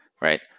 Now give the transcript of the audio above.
right